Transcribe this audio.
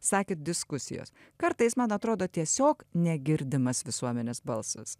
sakėt diskusijos kartais man atrodo tiesiog negirdimas visuomenės balsas